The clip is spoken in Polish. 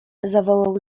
zawołał